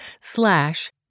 slash